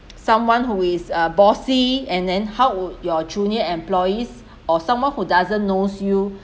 someone who is a bossy and then how would your junior employees or someone who doesn't know you